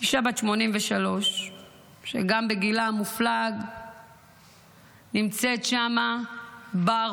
אישה בת 83 שגם בגילה המופלג נמצאת שם בערבות